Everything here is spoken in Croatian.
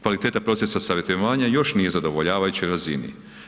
Kvaliteta procesa savjetovanja još nije na zadovoljavajućoj razini.